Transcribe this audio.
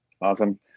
Awesome